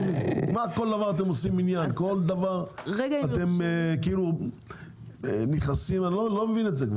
מכל דבר אתם עושים עניין, אני כבר לא מבין את זה.